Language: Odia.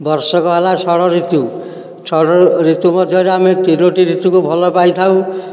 ବର୍ଷକ ହେଲା ଷଢ଼ ଋତୁ ଷଢ଼ଟି ଋତୁ ମଧ୍ୟରେ ଆମେ ତିନୋଟି ଋତୁ ଭଲ ପାଇ ଥାଉ